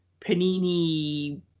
panini